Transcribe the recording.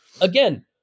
again